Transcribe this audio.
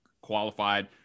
qualified